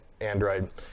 android